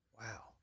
Wow